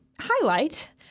highlight